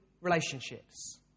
relationships